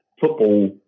football